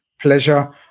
pleasure